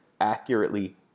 accurately